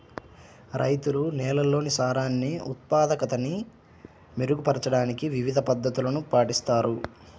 రైతులు నేలల్లోని సారాన్ని ఉత్పాదకతని మెరుగుపరచడానికి వివిధ పద్ధతులను పాటిస్తారు